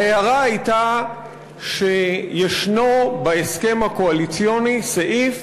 ההערה הייתה שישנו בהסכם הקואליציוני סעיף